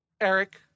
Eric